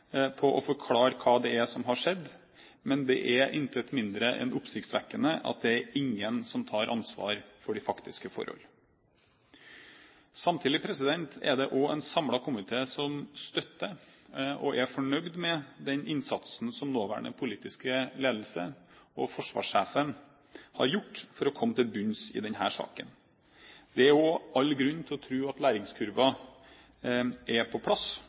forklare hva som har skjedd. Men det er intet mindre enn oppsiktsvekkende at ingen tar ansvar for de faktiske forhold. Samtidig er det en samlet komité som støtter og er fornøyd med den innsatsen som nåværende politiske ledelse og forsvarssjefen har gjort for å komme til bunns i denne saken. Det er også all grunn til å tro at læringskurven er på plass,